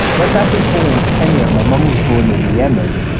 my dad was born in kenya. my mum was born in yemen.